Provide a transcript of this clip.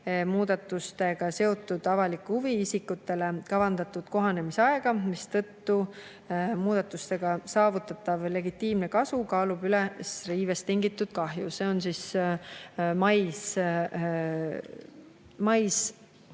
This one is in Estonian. muudatustega seotud avalikku huvi, isikutele kavandatud kohanemisaega, mistõttu muudatustega saavutatav legitiimne kasu kaalub üles riivest tingitud kahju. See on mais